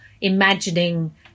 imagining